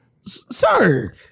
Sir